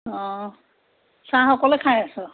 অঁ চাহ অকলে খাই আছ